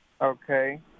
Okay